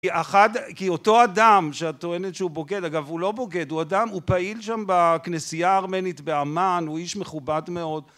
כי אותו אדם שאת טוענת שהוא בוגד, אגב הוא לא בוגד, הוא אדם, הוא פעיל שם בכנסייה הארמנית בעמאן, הוא איש מכובד מאוד